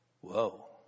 Whoa